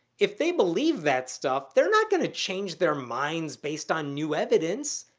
if they believe that stuff, they're not going to change their minds based on new evidence.